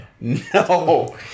No